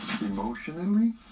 emotionally